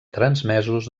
transmesos